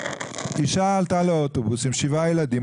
אישה עלתה לאוטובוס עם שבעה ילדים,